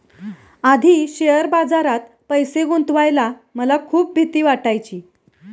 आधी शेअर बाजारात पैसे गुंतवायला मला खूप भीती वाटायची